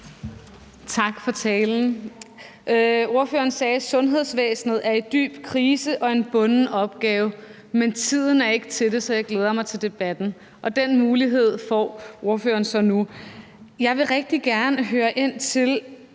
Tak for talen. Ordføreren sagde: Sundhedsvæsenet er i dyb krise og er en bunden opgave, men der er ikke tid til det, så jeg glæder mig til debatten. Og den mulighed får ordføreren så nu. Jeg vil rigtig gerne spørge ind til,